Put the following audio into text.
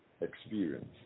experience